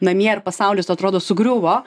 namie ir pasaulis atrodo sugriuvo